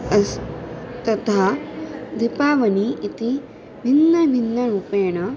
अस् तथा दीपावलिः इति भिन्नभिन्नरूपेण